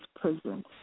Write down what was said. prison